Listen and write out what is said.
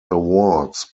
awards